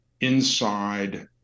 inside